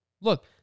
Look